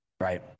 right